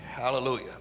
Hallelujah